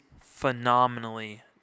phenomenally